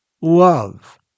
love